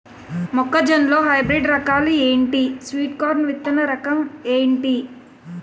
మొక్క జొన్న లో హైబ్రిడ్ రకాలు ఎంటి? స్వీట్ కార్న్ విత్తన రకం ఏంటి?